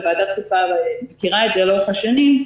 ועדת חוקה מכירה את זה לאורך השנים,